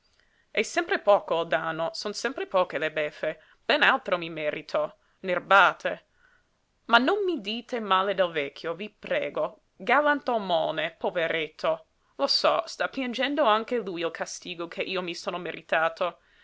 è sempre poco il danno son sempre poche le beffe ben altro mi merito nerbate ma non mi dite male del vecchio vi prego galantomone poveretto lo so sta piangendo anche lui il castigo che io mi sono meritato